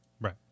right